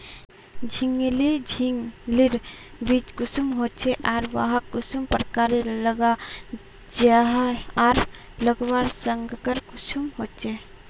झिंगली झिंग लिर बीज कुंसम होचे आर वाहक कुंसम प्रकारेर लगा जाहा आर लगवार संगकर कुंसम होचे?